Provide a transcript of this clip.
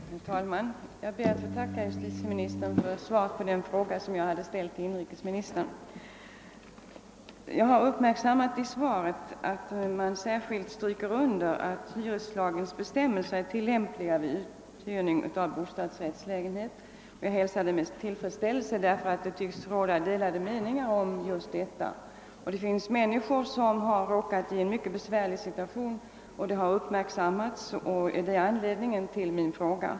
Herr talman! Jag ber att få tacka justitieministern för svaret på den fråga jag ställt till inrikesministern. Jag har uppmärksammat i svaret att det särskilt stryks under att hyreslagens bestämmelser är tillämpliga vid uthyrning av bostadsrättslägenhet, och jag hälsar detta med tillfredsställelse, eftersom det tycks råda delade meningar om just denna sak. Det har uppmärksammats att en del människor råkat i en mycket besvärlig situation, och det är anledningen till min fråga.